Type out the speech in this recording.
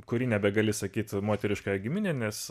kuri nebegali sakyt moteriškąja gimine nes